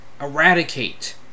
eradicate